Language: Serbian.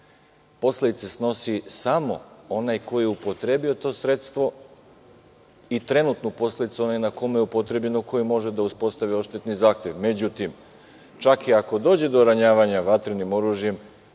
posledice snosi samo onaj ko je upotrebio to sredstvo i trenutno posledicu onaj na kome je upotrebljeno, koji može da uspostavi odštetni zahtev. Međutim, čak i ako dođe do ranjavanja vatrenim oružjem,